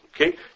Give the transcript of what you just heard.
Okay